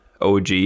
OG